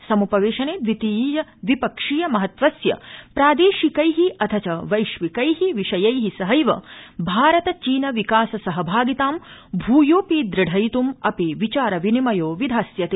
समुपवेशने द्विपक्षीय महत्त्वस्य प्रादेशिकै अथ च वैश्विकै विषयै सहैव भारत चीन विकास सहभागितां भूयोऽपि द्रढयितं अपि विचार विनिमयो विधास्यते